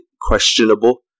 questionable